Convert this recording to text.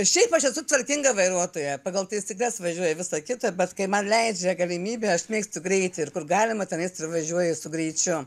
šiaip aš esu tvarkinga vairuotoja pagal taisykles važiuoju visa kita bet kai man leidžia galimybės aš mėgstu greitį ir kur galima tenais ir važiuoju su greičiu